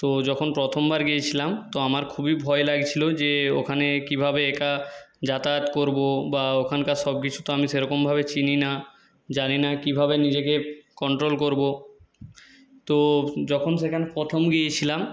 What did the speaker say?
তো যখন প্রথমবার গিয়েছিলাম তো আমার খুবই ভয় লাগছিল যে ওখানে কীভাবে একা যাতায়াত করব বা ওখানকার সব কিছু তো আমি সেরকমভাবে চিনি না জানি না কীভাবে নিজেকে কন্ট্রোল করব তো যখন সেখানে প্রথম গিয়েছিলাম